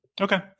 Okay